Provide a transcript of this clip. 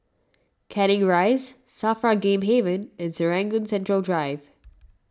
Canning Rise Safra Game Haven and Serangoon Central Drive